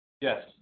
Yes